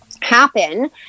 happen